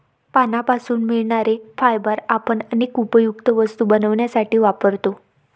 पानांपासून मिळणारे फायबर आपण अनेक उपयुक्त वस्तू बनवण्यासाठी वापरतो